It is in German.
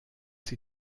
sie